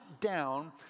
down